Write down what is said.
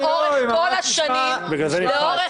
לאורך כל השנים --- לא,